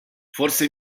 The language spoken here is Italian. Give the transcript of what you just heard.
forse